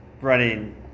running